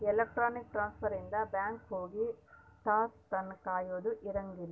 electronic transfer ಇಂದ bank ಹೋಗಿ ತಾಸ್ ತನ ಕಾಯದ ಇರಂಗಿಲ್ಲ